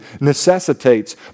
necessitates